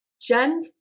Gen